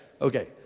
Okay